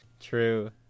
True